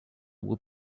will